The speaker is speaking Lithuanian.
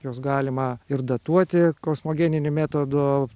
juos galima ir datuoti kosmogeniniu metodu